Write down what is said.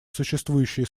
существующие